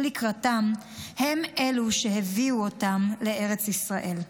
לקראתם הם אלו שהביאו אותם לארץ ישראל.